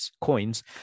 coins